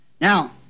Now